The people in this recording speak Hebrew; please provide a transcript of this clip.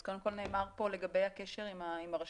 אז קודם כל נאמר פה לגבי הקשר עם הרשויות.